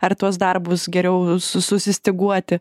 ar tuos darbus geriau su susistyguoti